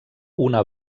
una